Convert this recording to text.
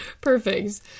Perfect